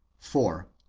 for